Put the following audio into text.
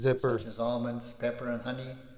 such as almonds, pepper, and honey,